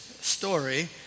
story